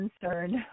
concerned